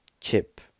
Chip